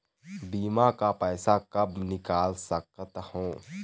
बीमा का पैसा कब निकाल सकत हो?